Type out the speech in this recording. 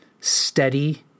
steady